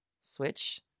switch